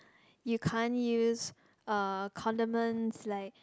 you can't use uh condiments like